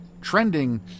trending